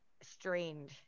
strained